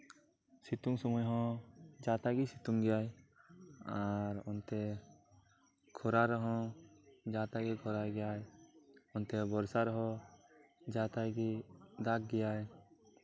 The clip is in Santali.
ᱥᱤᱛᱩᱝ ᱥᱚᱢᱚᱭ ᱦᱚᱸ ᱡᱟ ᱛᱟᱭ ᱜᱮᱭ ᱥᱤᱛᱩᱝ ᱜᱮᱭᱟ ᱟᱨ ᱚᱱᱛᱮ ᱠᱷᱚᱨᱟ ᱨᱮᱦᱚᱸ ᱡᱟᱼᱛᱟᱭ ᱜᱮᱭ ᱠᱷᱚᱨᱟᱭ ᱜᱮᱭᱟ ᱚᱱᱛᱮ ᱵᱚᱨᱥᱟ ᱨᱮᱦᱚᱸ ᱡᱟᱼᱛᱟᱭ ᱜᱮᱭ ᱫᱟᱜᱷ ᱜᱮᱭᱟᱭ